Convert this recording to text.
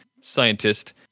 scientist